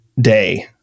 day